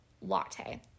latte